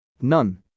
None